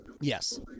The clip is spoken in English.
Yes